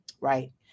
Right